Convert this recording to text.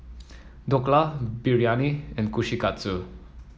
Dhokla Biryani and Kushikatsu